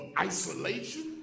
isolation